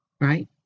Right